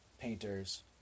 painters